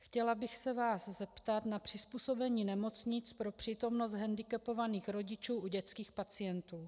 Chtěla bych se vás zeptat na přizpůsobení nemocnic pro přítomnost hendikepovaných rodičů u dětských pacientů.